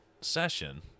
session